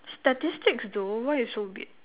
statistics though why you so weird